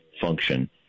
function